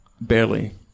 Barely